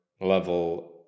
level